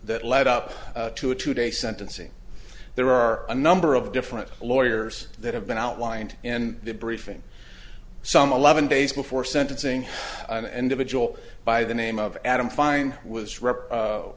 that led up to today's sentencing there are a number of different lawyers that have been outlined in the briefing some eleven days before sentencing an individual by the name of adam fein was